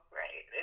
right